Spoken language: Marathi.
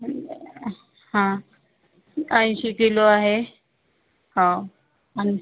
हा ऐंशी किलो आहे हो आणि